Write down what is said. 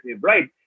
right